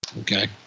Okay